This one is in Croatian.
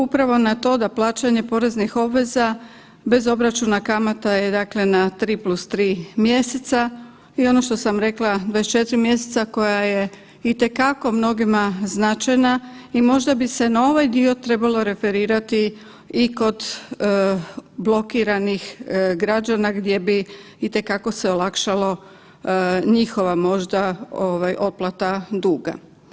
Upravo na to da plaćanje poreznih obveza bez obračuna kamata je 3 + 3 mjeseca i ono što sam rekla 24 mjeseca koja je itekako mnogima značajna i možda bi se na ovaj dio trebalo referirati i kod blokiranih građana gdje bi itekako se olakšalo njihova možda ovaj otplata duga.